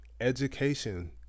education